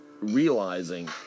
realizing